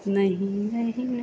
ਨਹੀਂ ਨਹੀਂ